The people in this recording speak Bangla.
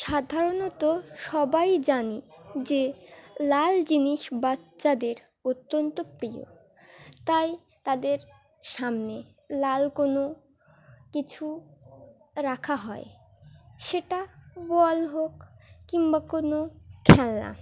সাধারণত সবাই জানি যে লাল জিনিস বাচ্চাদের অত্যন্ত প্রিয় তাই তাদের সামনে লাল কোনো কিছু রাখা হয় সেটা বল হোক কিংবা কোনো খেলনা